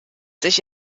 sich